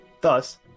Thus